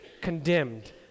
condemned